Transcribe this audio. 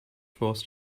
forced